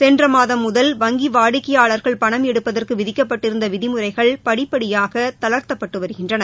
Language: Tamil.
சென்ற மாதம் முதல் வங்கி வாடிக்கையாளர்கள் பணம் எடுப்பதற்கு விதிக்கப்பட்டிருந்த விதிமுறைகள் படிப்படியாக தளர்த்தப்பட்டு வருகின்றன